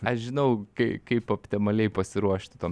aš žinau kai kaip optemaliai pasiruošti tom